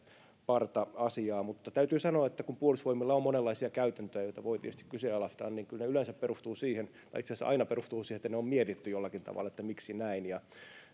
parta asiaa mutta täytyy sanoa että kun puolustusvoimilla on monenlaisia käytäntöjä joita voi tietysti kyseenalaistaa niin kyllä ne yleensä tai itse asiassa aina perustuvat siihen että ne mietitty jollakin tavalla että miksi näin